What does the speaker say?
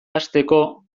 hasteko